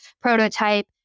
prototype